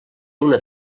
una